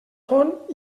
font